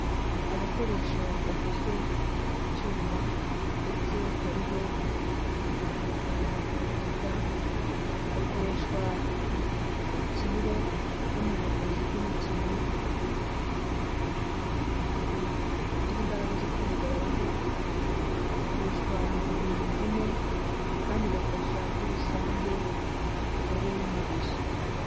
Agakoresho gakozwe mu cyuma ndetse kariho n'umubiri w'umwenda, gakoreshwa cyane cyane mu mikinire no mu buvuzi bw'imikinnyi, gatuma umubiri ugira imbaraga zo kwihagararaho, gakoreshwa mu kurinda imvune, kandi igafasha muri rusange mu mikorere y'umubiri.